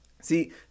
See